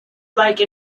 like